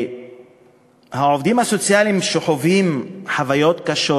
העובדים הסוציאליים, שחווים חוויות קשות